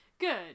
Good